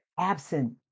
absent